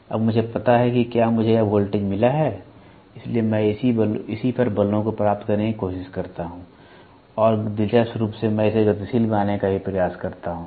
तो अब मुझे पता है कि क्या मुझे यह वोल्टेज मिला है इसलिए मैं इसी पर बलों को प्राप्त करने की कोशिश करता हूं और दिलचस्प रूप से मैं इसे गतिशील बनाने का भी प्रयास करता हूं